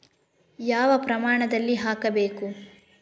ಯಾವ ಪ್ರಮಾಣದಲ್ಲಿ ಹಾಕಬೇಕು?